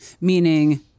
Meaning